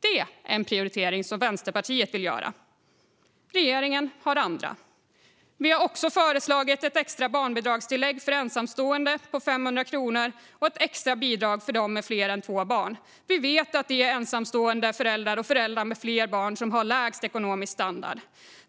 Det är en prioritering som Vänsterpartiet vill göra, men regeringen har andra. Vi har också föreslagit ett extra barnbidragstillägg för ensamstående på 500 kronor och ett extra bidrag för dem som har fler än två barn. Vi vet att det är ensamstående föräldrar och föräldrar med flera barn som har lägst ekonomisk standard.